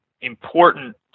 important